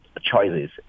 choices